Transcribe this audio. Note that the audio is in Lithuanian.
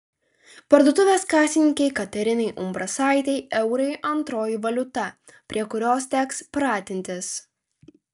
parduotuvės kasininkei katerinai umbrasaitei eurai antroji valiuta prie kurios teks pratintis